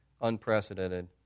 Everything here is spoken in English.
unprecedented